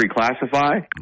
reclassify